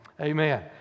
Amen